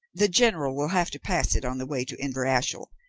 the general will have to pass it on the way to inverashiel,